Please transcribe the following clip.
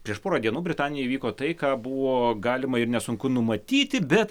prieš porą dienų britanijoj įvyko tai ką buvo galima ir nesunku numatyti bet